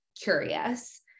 curious